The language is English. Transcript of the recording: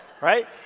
Right